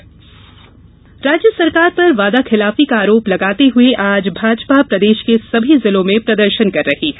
party प्रदर्शन राज्य सरकार पर वादाखिलाफी का आरोप लगाते हुए आज भाजपा प्रदेश के सभी जिलों में प्रदर्शन कर रही है